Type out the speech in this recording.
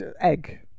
Egg